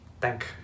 thank